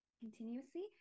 continuously